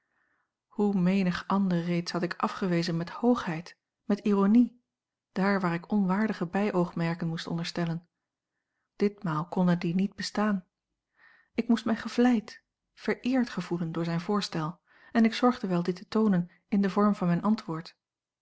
hoe menig ander reeds had ik afgewezen met hoogheid met ironie daar waar ik onwaardige bijoogmerken moest onderstellen ditmaal konden die niet bestaan ik moest mij gevleid vereerd gevoelen door zijn voorstel en ik zorgde wel dit te toonen in den vorm van mijn antwoord